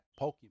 Pokemon